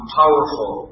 powerful